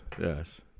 yes